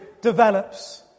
develops